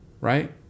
Right